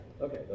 Okay